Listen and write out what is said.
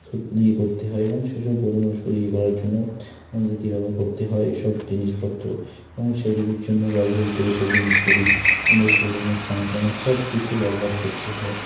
সব ইয়ে করতে হয় এবং সেসব গোরু মোষগুলি ইয়ে করার জন্য আমাদেরকে ব্যবহার করতে হয় এসব জিনিসপত্র এবং সেগুলির জন্য ব্যবহৃত এই সব জিনিসগুলি আমাদের গোরু মোষ স্নান করানো সব কিছু ব্যবহার করতে হয়